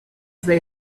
they